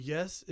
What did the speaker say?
Yes